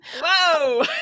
Whoa